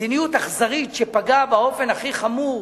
מדיניות אכזרית שפגעה באופן הכי חמור